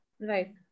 Right